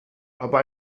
aber